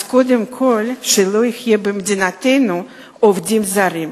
קודם כול שלא יהיו במדינתנו עובדים זרים,